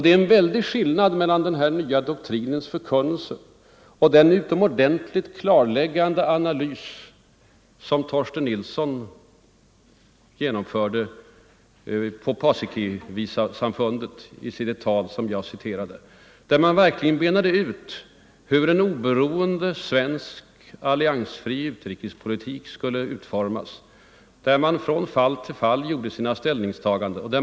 Det är en väldig skillnad mellan den här nya doktrinens förkunnelse Nr 127 och den utomordentligt klarläggande analys som Torsten Nilsson gjorde Fredagen den på Paasikivisamfundet i det tal jag citerade och i vilket man verkligen 22 november 1974 benade ut hur en oberoende svensk alliansfri utrikespolitik skulle ut= = formas, där man från fall till fall gjorde sina ställningstaganden, och = Ang.